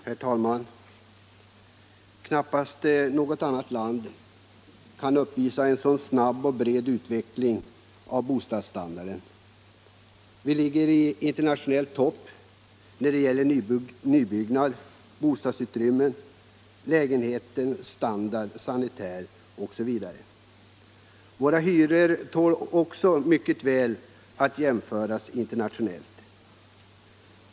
Herr talman! Knappast något annat land kan uppvisa en så snabb och bred utveckling av bostadsstandarden som vårt. Vi ligger i internationell topp när det gäller nybyggnad, bostadsutrymme, lägenheternas standard samt sanitär utrustning osv. Våra hyror tål också mycket väl att jämföras internationellt.